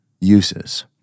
uses